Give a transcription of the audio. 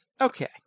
okay